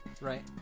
Right